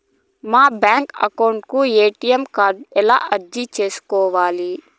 మా bank account కు ATM card ఎలా అర్జీ సేసుకోవాలి?